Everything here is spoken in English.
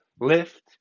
lift